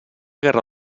guerra